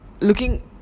looking